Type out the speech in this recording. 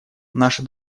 наша